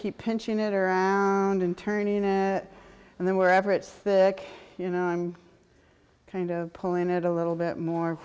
keep pinching it or turning it and then wherever it's the you know i'm kind of pulling it a little bit more